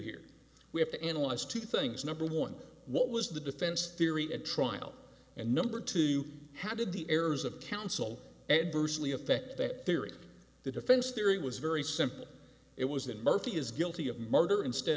here we have to analyze two things number one what was the defense theory at trial and number two how did the errors of council adversely affect that theory the defense theory was very simple it was that murphy is guilty of murder instead